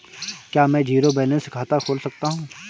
क्या मैं zero balance खाता खोल सकता हूँ?